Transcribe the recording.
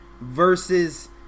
versus